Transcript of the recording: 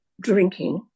drinking